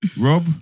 Rob